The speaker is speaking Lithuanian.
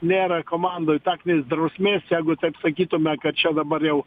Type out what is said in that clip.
nėra komandoj taktinės drausmės jeigu taip sakytume kad čia dabar jau